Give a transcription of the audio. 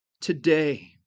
today